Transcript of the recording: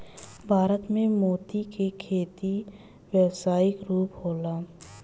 भारत में मोती के खेती व्यावसायिक रूप होला